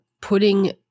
putting